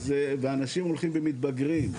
ואנשים הולכים ומתבגרים.